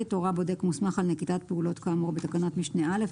הורה בודק מוסמך על נקיטת פעולות כאמור בתקנת משנה (א),